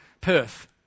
Perth